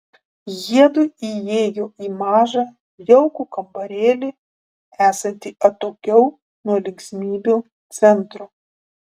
jiedu įėjo į mažą jaukų kambarėlį esantį atokiau nuo linksmybių centro